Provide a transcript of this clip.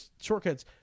shortcuts